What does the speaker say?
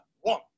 one